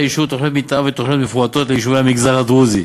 אישור תוכניות מתאר ותוכניות מפורטות ליישובי המגזר הדרוזי.